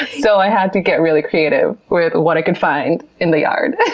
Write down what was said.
so i had to get really creative with what i could find in the yard.